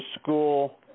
school